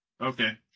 Okay